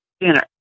dinner